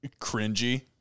cringy